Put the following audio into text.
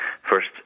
first